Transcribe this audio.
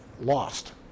lost